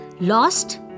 Lost